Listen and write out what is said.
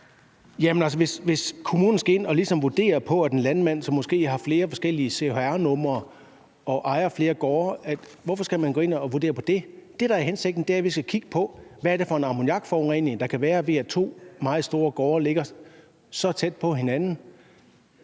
at kommunerne skal ind og ligesom vurdere på, at en landmand, som måske har flere forskellige chr-numre og ejer flere gårde, vil jeg spørge: Hvorfor skal kommunerne det? Det, der er hensigten, er, at vi skal kigge på, hvad det er for en ammoniakforurening, der kan være ved, at to meget store gårde ligger så tæt på hinanden.